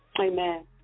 Amen